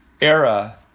era